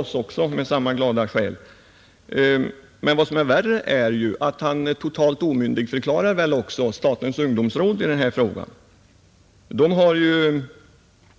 Det kanske vi förespråkare för reservationerna kan stå ut med, men värre är att han totalt omyndigförklarar statens ungdomsråd. Ungdomsrådet har,